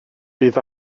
bydd